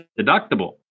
deductible